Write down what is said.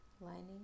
lining